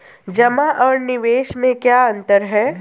जमा और निवेश में क्या अंतर है?